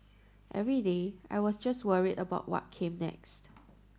every day I was just worried about what came next